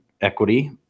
equity